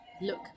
look